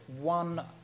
one